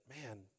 man